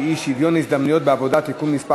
שהיא הצעת חוק שוויון ההזדמנויות בעבודה (תיקון מס'